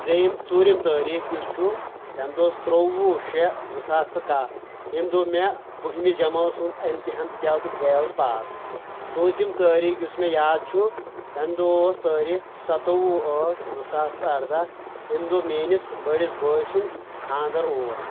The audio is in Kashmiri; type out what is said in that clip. ترٛیِم ژوٗرِم تٲریٖخ یُس چھُ تمہِ دۄہ اوس ترٛووُہ شیٚے زٕ ساس تہٕ کاہہ ییٚمہِ دۄہ مےٚ بٔہمہِ جماعژ ہُنٛد امتِحان دِتیو تہٕ بہٕ گٔیاوُس پاس پونٛژم تٲریٖخ یُس مےٚ یاد چھُ تمہِ دۄہہ اوس تٲریٖخ ستووُہ ٲٹھ زٕ ساس تہٕ اردہ ییٚمہِ دۄہ میٲنِس بٔڑس بٲے سُنٛد خانٛدر اوس